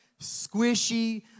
squishy